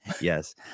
Yes